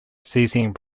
seizing